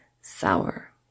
sour